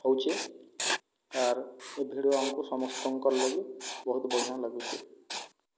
ହେଉଛି ଆର୍ ଏ ଭିଡିଓ ଆମକୁ ସମସ୍ତଙ୍କର ଲାଗି ବହୁତ ବଢ଼ିଆ ଲାଗୁଛି